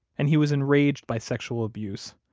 and he was enraged by sexual abuse.